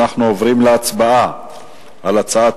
אנחנו עוברים להצבעה בקריאה ראשונה על הצעת